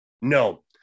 No